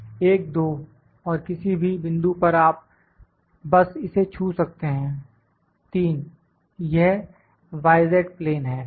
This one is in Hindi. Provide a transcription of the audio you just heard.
1 2 और किसी भी बिंदु पर आप बस इसे छू सकते हैं 3 यह y z प्लेन है